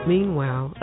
Meanwhile